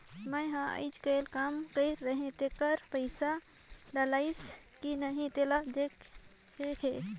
मै हर अईचकायल काम कइर रहें तेकर पइसा डलाईस कि नहीं तेला देख देहे?